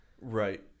Right